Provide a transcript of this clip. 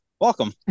welcome